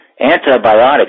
Antibiotics